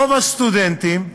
רוב הסטודנטים,